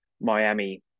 Miami